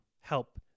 help